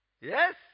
Yes